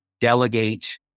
delegate